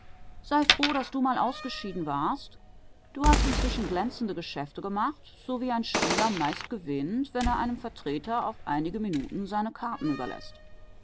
sei froh daß du mal ausgeschieden warst du hast inzwischen glänzende geschäfte gemacht so wie ein spieler meist gewinnt wenn er einem vertreter auf einige minuten seine karten überläßt